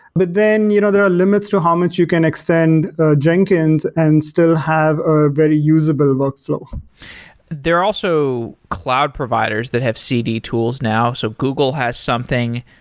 but then you know there are limits to how much you can extend jenkins and still have a very usable workflow there are also cloud providers that have cd tools now. so google has something,